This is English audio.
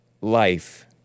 life